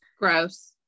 Gross